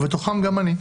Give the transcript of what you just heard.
בתוכם גם אני: